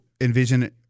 envision